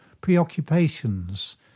preoccupations